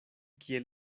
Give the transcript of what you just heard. kiel